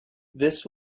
this